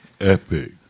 Epic